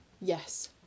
Yes